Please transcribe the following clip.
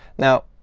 now,